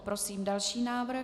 Prosím další návrh.